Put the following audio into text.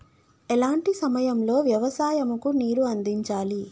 ఎలాంటి సమయం లో వ్యవసాయము కు నీరు అందించాలి?